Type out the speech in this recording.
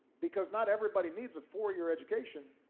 because not everybody needs a four-year education.